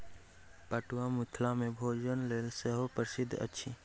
पटुआ मिथिला मे भोजनक लेल सेहो प्रसिद्ध अछि